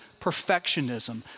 perfectionism